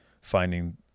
finding